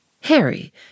Harry